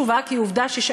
מהר